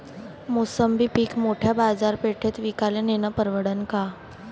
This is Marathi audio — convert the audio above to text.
मोसंबी पीक मोठ्या बाजारपेठेत विकाले नेनं परवडन का?